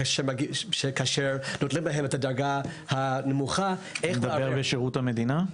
אתה מדבר על שירות המדינה?